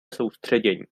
soustředění